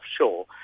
offshore